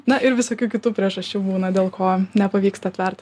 na ir visokių kitų priežasčių būna dėl ko nepavyksta atverti